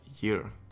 year